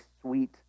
sweet